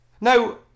now